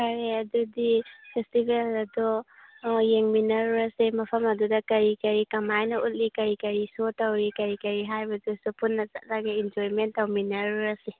ꯐꯔꯦ ꯑꯗꯨꯗꯤ ꯐꯦꯁꯇꯤꯕꯦꯜ ꯑꯗꯣ ꯌꯦꯡꯃꯤꯟꯅꯔꯨꯔꯁꯦ ꯃꯐꯝ ꯑꯗꯨꯗ ꯀꯔꯤ ꯀꯔꯤ ꯀꯃꯥꯏꯅ ꯎꯠꯂꯤ ꯀꯔꯤ ꯀꯔꯤ ꯁꯣ ꯇꯧꯔꯤ ꯀꯔꯤ ꯀꯔꯤ ꯍꯥꯏꯕꯗꯨꯁꯨ ꯄꯨꯟꯅ ꯆꯠꯂꯒ ꯑꯦꯟꯖꯣꯏꯃꯦꯟ ꯇꯧꯃꯤꯟꯅꯔꯨꯔꯁꯤ